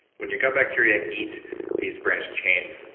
when your gut bacteria eat these branched-chain